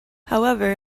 however